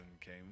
came